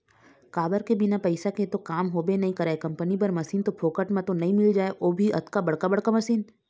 काबर के बिना पइसा के तो काम होबे नइ करय कंपनी बर मसीन तो फोकट म तो नइ मिल जाय ओ भी अतका बड़का बड़का मशीन